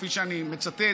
כפי שאני מצטט,